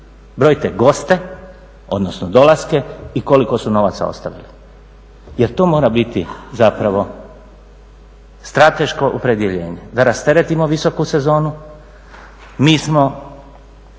brojite goste, odnosno dolaske i koliko su novaca ostavili jer to mora biti zapravo strateško opredjeljenje da rasteretimo visoku sezonu. Mi smo